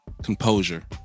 composure